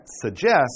suggests